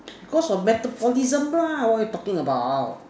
because of metabolism lah what you talking about